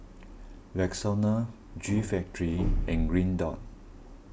Rexona G Factory and Green Dot